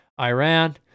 Iran